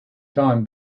time